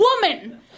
woman